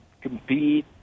compete